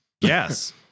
Yes